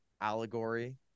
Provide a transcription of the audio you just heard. allegory